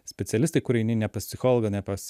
specialistai kur eini ne pas psicholgą ne pas